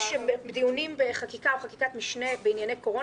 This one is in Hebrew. דיונים בחקיקה או חקיקת משנה בענייני קורונה,